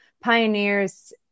pioneers